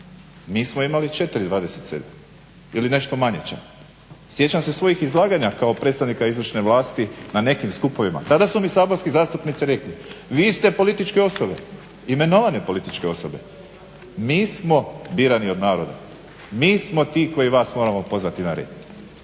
Mi smo imali 4,27 ili nešto manje čak. Sjećam se svojih izlaganja kao predstavnika izvršne vlasti na nekim skupovima. Tada su mi saborski zastupnici rekli vi ste političke osobe, imenovane političke osobe. Mi smo birani od naroda. Mi smo ti koji vas moramo pozvati na red.